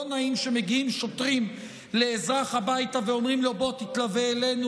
לא נעים שמגיעים שוטרים לאזרח הביתה ואומרים לו: בוא תתלווה אלינו.